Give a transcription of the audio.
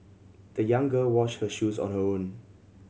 the young girl washed her shoes on her own